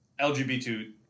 LGBT